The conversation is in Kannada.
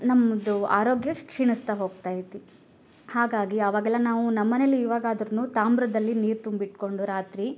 ನಮ್ದು ಆರೋಗ್ಯ ಕ್ಷೀಣಿಸ್ತಾ ಹೋಗ್ತೈತಿ ಹಾಗಾಗಿ ಅವಾಗೆಲ್ಲ ನಾವು ನಮ್ಮನೆಯಲ್ಲಿ ಇವಾಗಾದರೂನು ತಾಮ್ರದಲ್ಲಿ ನೀರು ತುಂಬಿಟ್ಕೊಂಡು ರಾತ್ರಿ